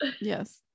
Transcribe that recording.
yes